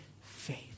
faith